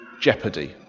jeopardy